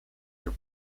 are